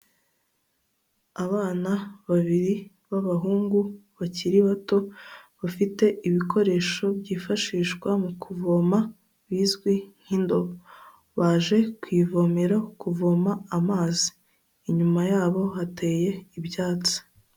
Abana babiri b'abahungu bakiri bato bafite ibikoresho byifashishwa mu kuvoma bizwi nk'indobo. Baje ku ivomera kuvoma amazi. Inyuma yabo hateye ibyatsi.